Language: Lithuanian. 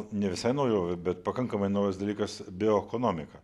ne visai naujovė bet pakankamai naujas dalykas bioekonomika